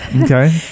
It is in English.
Okay